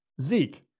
Zeke